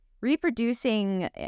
Reproducing